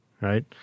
right